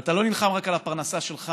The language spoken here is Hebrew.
ואתה לא נלחם רק על הפרנסה שלך,